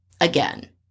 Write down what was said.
again